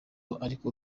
ariko